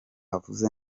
avuze